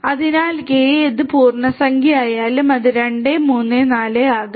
അതിനാൽ കെ ഏത് പൂർണ്ണസംഖ്യയായാലും അത് 2 3 4 ആകാം